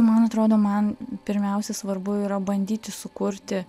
man atrodo man pirmiausia svarbu yra bandyti sukurti